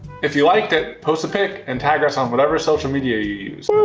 if you liked it, post a pic and tag us on whatever social media you use.